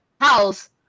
house